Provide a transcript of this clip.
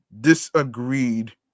disagreed